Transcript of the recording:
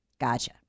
Gotcha